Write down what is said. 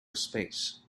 space